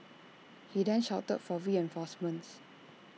he then shouted for reinforcements